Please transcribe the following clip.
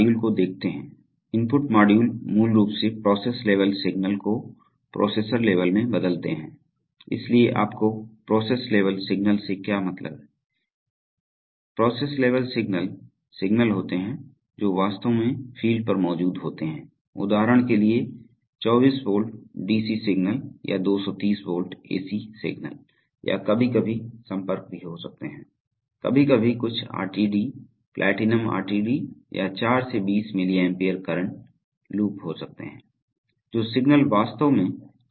तो हमारे पास है तो हम इनपुट मॉड्यूल को देखते हैं इनपुट मॉड्यूल मूल रूप से प्रोसेस लेवल सिग्नल को प्रोसेसर लेवल में बदलते हैं इसलिए आपको प्रोसेस लेवल सिग्नल से क्या मतलब है प्रोसेस लेवल सिग्नल सिग्नल होते हैं जो वास्तव में फील्ड पर मौजूद होते हैं उदाहरण के लिए 24 वोल्ट डीसी सिग्नल या 230 वोल्ट एसी सिग्नल या कभी कभी संपर्क भी हो सकते हैं कभी कभी कुछ आरटीडी प्लैटिनम आरटीडी या 4 से 20 मिली एम्पीयर करंट लूप हो सकते हैं जो सिग्नल वास्तव में सेंसर से सही निकलते हैं